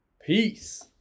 Peace